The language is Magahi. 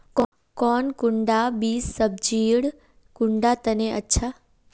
कौन कुंडा बीस सब्जिर कुंडा तने अच्छा?